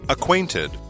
Acquainted